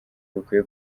bikwiye